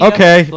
Okay